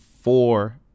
four